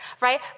right